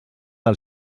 del